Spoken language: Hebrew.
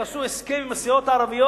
עשו הסכם עם הסיעות הערביות